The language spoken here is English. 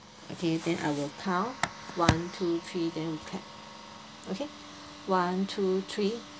test okay then I will count one two three then we clap okay one two three